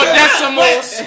decimals